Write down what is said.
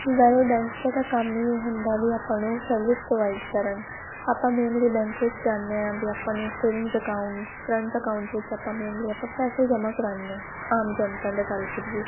well banks ਦਾ ਤਾਂ ਕੰਮ ਹੀ ਇਹ ਹੁੰਦਾ ਵੀ ਉਹ ਆਪਾਂ ਨੂੰ ਸਰਵਿਸ ਪ੍ਰੋਵਾਈਡ ਕਰਨ ਆਪਾਂ ਮੇਨਲੀ ਬੈਂਕ ਵਿੱਚ ਜਾਂਦੇ ਹਾਂ ਵੀ ਆਪਾਂ ਨੇ ਸੇਵਿੰਗਸ ਅਕਾਊਂਟ ਕਰੰਟ ਅਕਾਊਂਟ ਵਿੱਚ ਆਪਾਂ ਮੇਨਲੀ ਆਪਾਂ ਪੈਸੇ ਜਮ੍ਹਾਂ ਕਰਾਂਦੇ ਹਾਂ ਆਮ ਜਨਤਾ ਦਾ ਗੱਲ ਕਰੀਏ